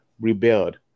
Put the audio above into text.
rebuild